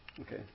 Okay